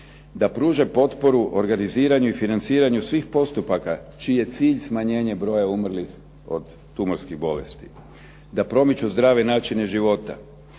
Da pruže potporu organiziranju i financiranju svih postupaka čiji je cilj smanjenje broja umrlih od tumorskih bolesti. Da promiču zdrave načine života,